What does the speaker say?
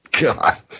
God